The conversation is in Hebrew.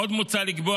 עוד מוצע לקבוע